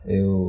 eu